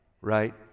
right